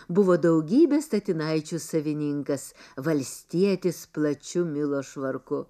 buvo daugybės statinaičių savininkas valstietis plačiu milo švarku